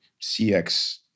CX